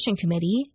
Committee